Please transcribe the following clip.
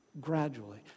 gradually